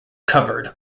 covered